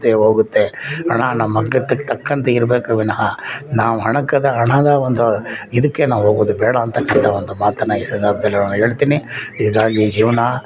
ಹೋಗುತ್ತೆ ಹಣ ನಮ್ಮ ಅಗತ್ಯಕ್ಕೆ ತಕ್ಕಂತೆ ಇರಬೇಕೆ ವಿನಃ ನಾವು ಹಣಕ್ಕಂತ ಹಣದ ಒಂದು ಇದಕ್ಕೆ ನಾವು ಹೋಗೋದು ಬೇಡ ಅಂತಕ್ಕಂಥ ಒಂದು ಮಾತನ್ನು ಈ ಸಂದರ್ಭದಲ್ಲಿ ನಾನು ಹೇಳ್ತೀನಿ ಹೀಗಾಗಿ ಜೀವನ